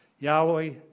Yahweh